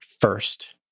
first